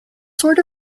sort